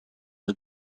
the